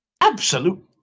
absolute